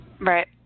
Right